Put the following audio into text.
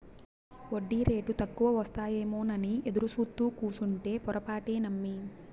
ఒడ్డీరేటు తక్కువకొస్తాయేమోనని ఎదురుసూత్తూ కూసుంటే పొరపాటే నమ్మి